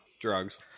Drugs